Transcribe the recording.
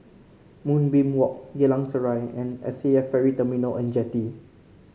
Moonbeam Walk Geylang Serai and S A F Ferry Terminal and Jetty